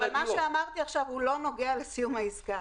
אבל מה שאמרתי עכשיו הוא לא נוגע לסיום עסקה.